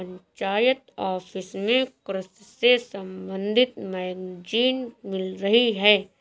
panchayat office में कृषि से संबंधित मैगजीन मिल रही है